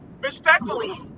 respectfully